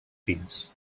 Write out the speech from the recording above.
fills